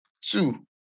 Two